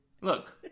look